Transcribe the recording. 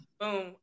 Boom